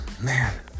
Man